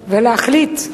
ולהחליט,